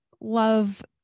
love